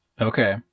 okay